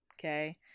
okay